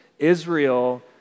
Israel